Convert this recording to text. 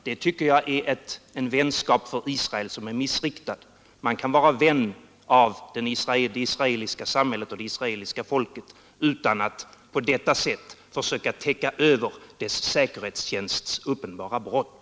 Det tycker jag är en vänskap för Israel som är missriktad. Man kan vara vän av det israeliska samhället eller det israeliska folket utan att på detta sätt söka täcka över dess säkerhetstjänsts uppenbara brott.